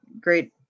great